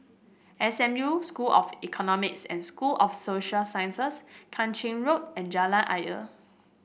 S M U School of Economics and School of Social Sciences Kang Ching Road and Jalan Ayer